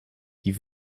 die